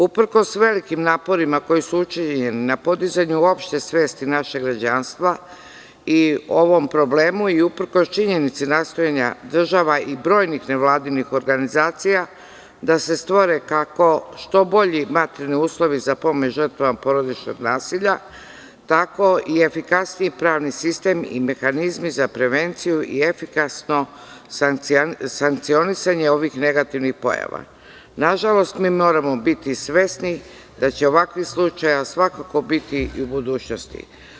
Uprkos velikim naporima koji su učinjeni na podizanju opšte svesti našeg građanstva o ovom problemu i uprkos činjenici nastojanja država i brojnih nevladinih organizacija da se stvore što bolji materijalni uslov za pomoć žrtvama porodičnog nasilja, kao i efikasniji pravni sistem i mehanizmi za prevenciju i efikasno sankcionisanje ovih negativnih pojava, nažalost, mi moramo biti svesni da će ovakvih slučajeva svakako biti i u budućnosti.